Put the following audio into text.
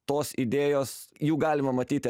tos idėjos jų galima matyti